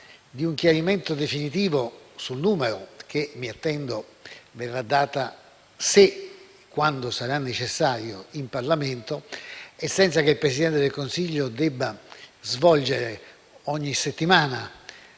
che un chiarimento definitivo sul numero verrà dato, se e quando sarà necessario, in Parlamento e senza che il Presidente del Consiglio debba svolgere ogni settimana